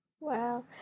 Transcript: wow